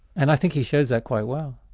and i think he shows that quite well.